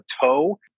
toe